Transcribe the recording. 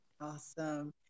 Awesome